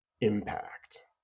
impact